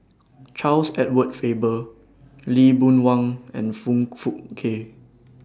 Charles Edward Faber Lee Boon Wang and Foong Fook Kay